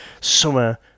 summer